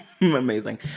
Amazing